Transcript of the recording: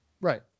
Right